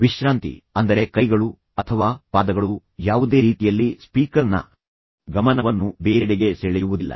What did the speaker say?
ವಿಶ್ರಾಂತಿ ಅಂದರೆ ಕೈಗಳು ಅಥವಾ ಪಾದಗಳು ಅಥವಾ ಯಾವುದೇ ರೀತಿಯಲ್ಲಿ ಸ್ಪೀಕರ್ನ ಗಮನವನ್ನು ಬೇರೆಡೆಗೆ ಸೆಳೆಯುವುದಿಲ್ಲ